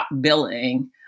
billing